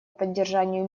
поддержанию